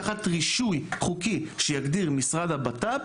תחת רישוי חוקי שיגדיר משרד הבט"פ,